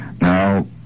Now